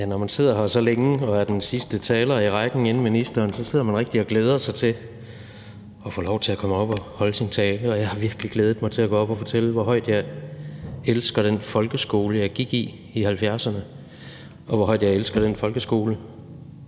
Når man sidder her så længe og er den sidste taler i rækken inden ministeren, sidder man rigtig og glæder sig til at få lov til at komme op og holde sin tale. Og jeg har virkelig glædet mig til at gå op og fortælle, hvor højt jeg elsker den folkeskole, jeg gik i i 1970'erne, og hvor højt jeg elsker den folkeskole,